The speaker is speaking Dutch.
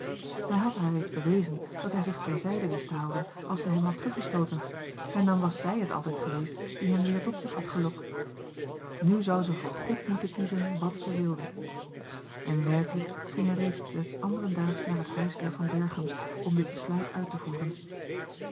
hij had haar reeds bewezen dat hij zich ter zijde wist te houden als zij hem had teruggestooten en dan was zij het altijd geweest die hem weer tot zich had gelokt nu zou zij voor goed moeten kiezen wàt zij wilde en werkelijk ging hij reeds des anderen daags naar het huis der van berchem's om dit besluit uit te voeren